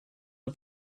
had